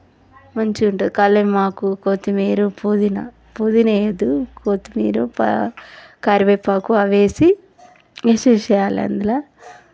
మంచిగా ఉంటుంది కాని మాకు కొత్తిమీర పుదీనా పుదీనా వేయద్దు కొత్తిమీర ప కరివేపాకు అవి వేసి వేసేయాలి అందులో